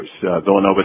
Villanova